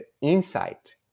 insight